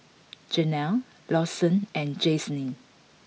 Janel Lawson and Jaclyn